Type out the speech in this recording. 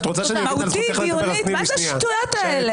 מהותית, דיונית, מה זה השטויות האלה?